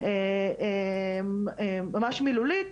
פשוטו כמשמעו, ממש מילולית.